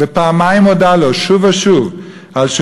ופעמיים הודה לו שוב ושוב על שהוא